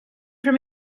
from